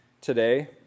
today